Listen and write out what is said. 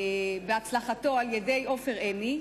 בהצלחתו על-ידי עופר עיני,